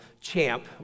champ